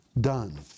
done